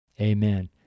Amen